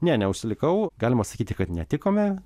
ne neužsilikau galima sakyti kad netikome